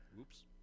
Oops